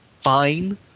fine